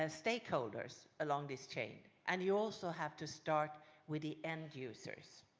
ah stakeholders along this chain. and you also have to start with the end users.